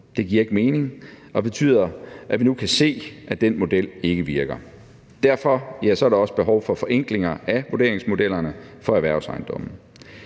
Det giver ikke mening og betyder, at vi nu kan se, at den model ikke virker. Derfor er der også behov for forenklinger af vurderingsmodellerne for erhvervsejendomme.